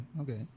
Okay